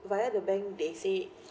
via the bank they say